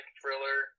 thriller